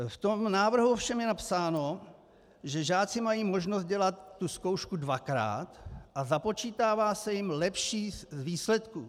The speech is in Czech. V tom návrhu ovšem je napsáno, že žáci mají možnost dělat tu zkoušku dvakrát a započítává se jim lepší z výsledků.